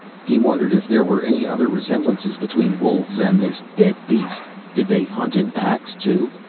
he wondered if there were any other resemblances between wolves and this dead beast. did they hunt in packs, too?